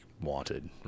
wanted